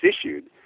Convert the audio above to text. issued